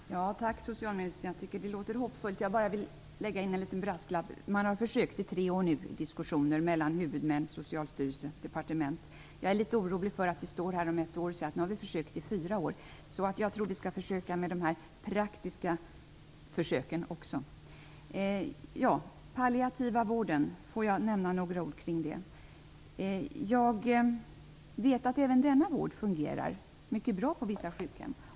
Fru talman! Tack, socialministern. Jag tycker att det låter hoppfullt. Jag vill bara lägga in en liten brasklapp. Man har i tre år i diskussioner mellan huvudmän, Socialstyrelsen och departementet försökt hitta lösningar. Jag är litet orolig för att vi står här om ett år och säger att vi nu försökt i fyra år. Jag tycker att vi skall försöka med det praktiska också. Jag skulle vilja nämna några ord om den palliativa vården. Jag vet att även denna vård fungerar mycket bra på vissa sjukhem.